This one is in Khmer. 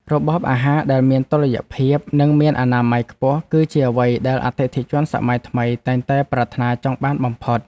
របបអាហារដែលមានតុល្យភាព និងមានអនាម័យខ្ពស់ គឺជាអ្វីដែលអតិថិជនសម័យថ្មីតែងតែប្រាថ្នាចង់បានបំផុត។